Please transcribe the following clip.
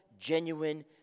genuine